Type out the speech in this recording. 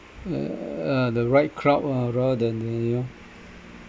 uh the right crowd ah rather than you know